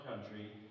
country